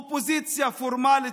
אופוזיציה פורמלית,